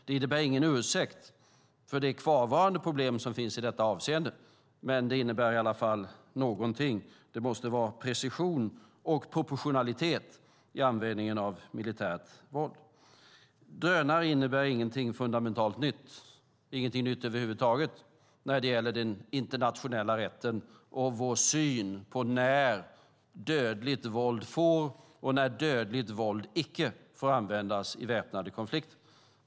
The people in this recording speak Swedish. Det innebär ingen ursäkt för kvarvarande problem i detta avseende, men det innebär i alla fall någonting. Det måste vara precision och proportionalitet i användningen av militärt våld. Drönare innebär ingenting fundamentalt nytt, ingenting nytt över huvud taget när det gäller den internationella rätten och vår syn på när dödligt våld får och när dödligt våld icke får användas i väpnade konflikter.